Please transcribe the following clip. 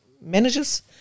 managers